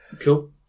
Cool